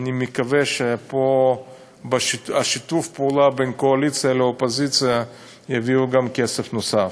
אני מקווה שפה שיתוף הפעולה בין הקואליציה לאופוזיציה יביא גם כסף נוסף.